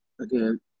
again